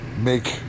make